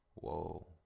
Whoa